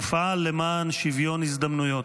ופעל למען שוויון הזדמנויות.